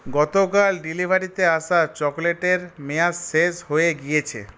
গতকাল ডেলিভারিতে আসা চকোলেটের মেয়াদ শেষ হয়ে গিয়েছে